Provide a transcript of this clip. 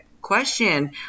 question